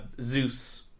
Zeus